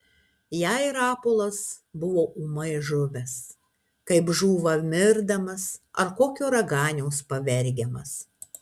jai rapolas buvo ūmai žuvęs kaip žūva mirdamas ar kokio raganiaus pavergiamas